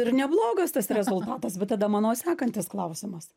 ir neblogas tas rezultatas bet tada mano sekantis klausimas